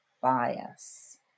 bias